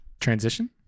Transition